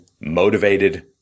motivated